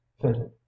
fitted